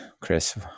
Chris